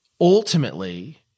Ultimately